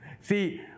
See